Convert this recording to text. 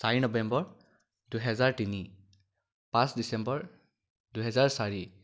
চাৰি নৱেম্বৰ দুহেজাৰ তিনি পাঁচ ডিচেম্বৰ দুহেজাৰ চাৰি